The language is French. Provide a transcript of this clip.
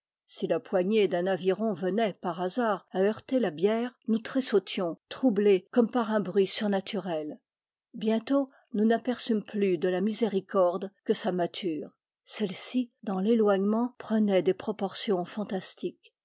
si la poignée d'un aviron venait par hasard à heurter la bière nous tressautions troublés comme par un bruit surnaturel bientôt nous n'aperçûmes plus de la miséricorde que sa mâture celle-ci dans l'éloigne ment prenait des proportions fantastiques